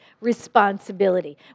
responsibility